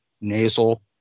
nasal